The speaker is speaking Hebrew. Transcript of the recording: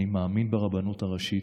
אני מאמין ברבנות הראשית,